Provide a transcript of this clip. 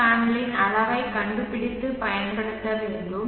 we பேனலின் அளவைக் கண்டுபிடித்து பயன்படுத்த வேண்டும்